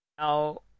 Now